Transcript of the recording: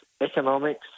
economics